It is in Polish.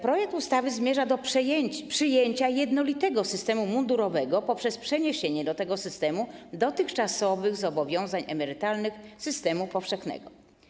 Projekt ustawy zmierza do przyjęcia jednolitego systemu mundurowego poprzez przeniesienie do tego systemu dotychczasowych zobowiązań emerytalnych z systemu powszechnego.